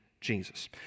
Jesus